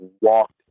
walked